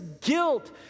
guilt